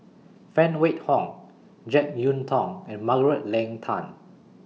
Phan Wait Hong Jek Yeun Thong and Margaret Leng Tan